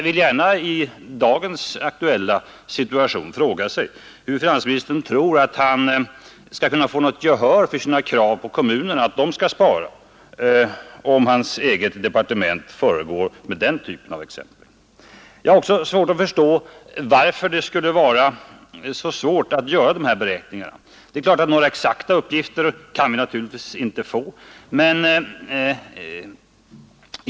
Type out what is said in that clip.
I dagens aktuella situation vill man gärna fråga sig hur finansministern tror att han skall kunna få något gehör för sina krav på att kommunerna skall spara, om hans eget departement föregår med den typen av exempel. Jag har också svårt att förstå varför det skulle vara så besvärligt att göra beräkningarna. Några exakta uppgifter kan vi naturligtvis inte få.